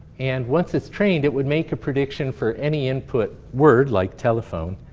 and once it's trained, it would make a prediction for any input word, like telephone,